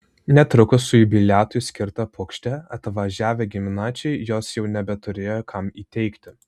netrukus su jubiliatui skirta puokšte atvažiavę giminaičiai jos jau nebeturėjo kam įteikti